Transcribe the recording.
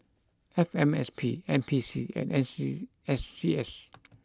F M S P N P C and N see S C S